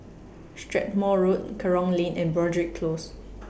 Strathmore Road Kerong Lane and Broadrick Close